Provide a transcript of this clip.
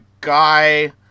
guy